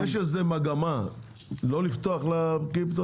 יש איזו מגמה לא לפתוח לקריפטו?